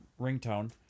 ringtone